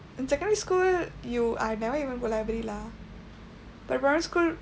in secondary school you I never even go library lah but primary school